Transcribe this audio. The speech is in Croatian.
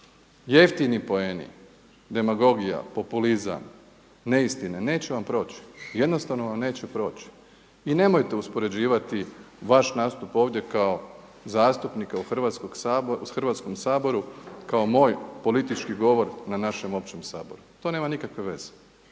Jeftini poeni, demagogija, populizam, neistine neće vam proći, jednostavno vam neće proći. I nemojte uspoređivati vaš nastup ovdje kao zastupnika u Hrvatskom saboru kao moj politički govor na našem Općem Saboru. To nema nikakve veze.